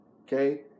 Okay